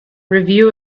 review